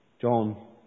John